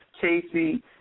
Casey